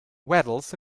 waddles